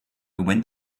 went